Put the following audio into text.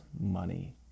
money